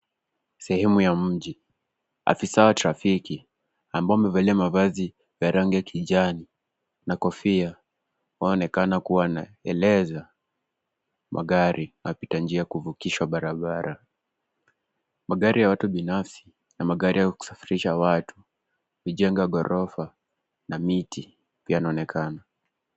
Sehemu ya mji. Afisa wa trafiki ambao wamevalia mavazi ya rangi ya kijani na kofia waonekana kuwa wanaeleza magari na wapitanjia kuvukishwa barabara. Magari ya watu binafsi na magari ya kusafirisha watu. Mijengo ya ghorofa na miti pia inaonekana.